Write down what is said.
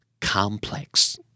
complex